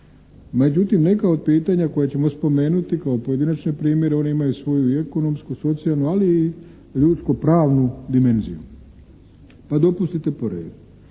Međutim, neka od pitanja koja ćemo spomenuti kao pojedinačne primjere oni imaju svoju i ekonomsku i socijalnu, ali i ljudsku pravnu dimenziju. Pa dopustite po redu.